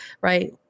right